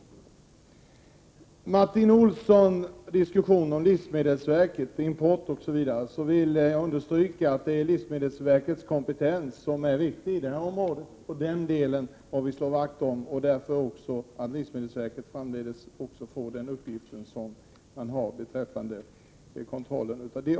Med anledning av Martin Olssons diskussion om livsmedelsverkets import osv. vill jag understryka att det är livsmedelsverkets kompetens som är viktig på det här området. Den bör vi slå vakt om, och därför bör livsmedelsverket få behålla sin kontrolluppgift i detta sammanhang.